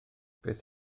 beth